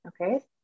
okay